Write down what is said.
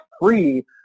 free